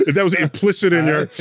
that was implicit in your,